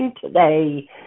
today